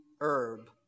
herb